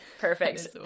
Perfect